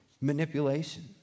manipulation